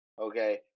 okay